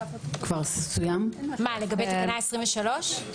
תקנה 23?